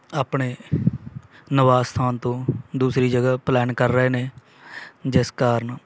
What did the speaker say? ਆਪਣੇ ਨਵਾਸਥਾਨ ਤੋਂ ਦੂਸਰੀ ਜਗ੍ਹਾ ਪਲੈਨ ਕਰ ਰਹੇ ਨੇ ਜਿਸ ਕਾਰਨ